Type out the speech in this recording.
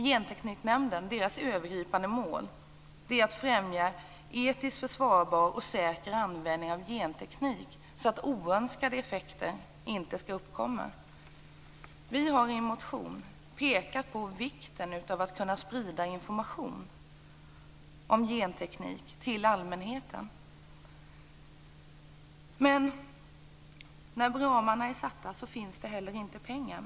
Gentekniknämndens övergripande mål är att främja etiskt försvarbar och säker användning av genteknik så att oönskade effekter inte skall uppstå. Vi har i en motion pekat på vikten av att kunna sprida information om genteknik till allmänheten. När ramarna nu är fastställda finns det inte pengar.